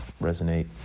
resonate